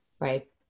right